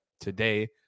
today